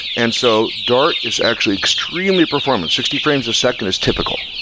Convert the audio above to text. and so dart is actually extremely performance. sixty frames a second is typical,